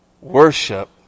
worship